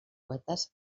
poetes